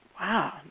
Wow